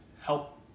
help